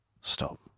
Stop